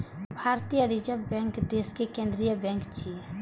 भारतीय reserve bank देशक केंद्रीय बैंक छियै